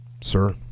Sir